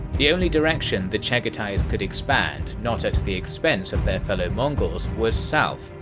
the only direction the chagatais could expand not at the expense of their fellow mongols was south,